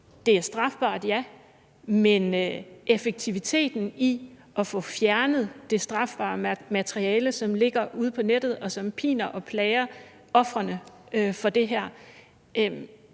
Det er strafbart. Ja, men hvad angår effektiviteten i at få fjernet det strafbare materiale, som ligger ude på nettet, og som piner og plager ofrene for det her,